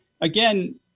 again